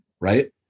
right